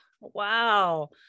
Wow